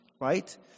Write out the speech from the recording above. Right